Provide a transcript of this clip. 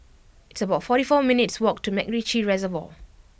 it's about forty four minutes' walk to MacRitchie Reservoir